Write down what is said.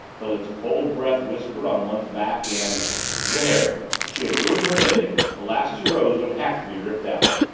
till its cold breath whispered on one's back and there! she had ruined her knitting, the last two rows would have to be ripped out.